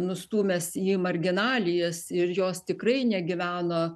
nustūmęs į marginalijas ir jos tikrai negyveno